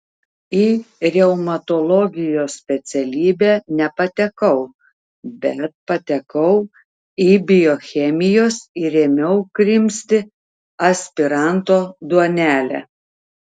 į reumatologijos specialybę nepatekau bet patekau į biochemijos ir ėmiau krimsti aspiranto duonelę